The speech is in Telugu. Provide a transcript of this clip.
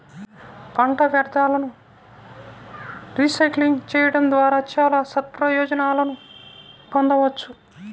పంట వ్యర్థాలను రీసైక్లింగ్ చేయడం ద్వారా చాలా సత్ప్రయోజనాలను పొందవచ్చు